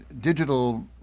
digital